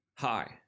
Hi